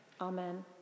Amen